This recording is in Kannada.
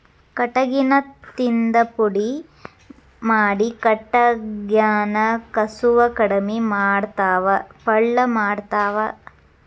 ಕಟಗಿನ ತಿಂದ ಪುಡಿ ಮಾಡಿ ಕಟಗ್ಯಾನ ಕಸುವ ಕಡಮಿ ಮಾಡತಾವ ಪಳ್ಳ ಮಾಡತಾವ